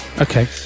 Okay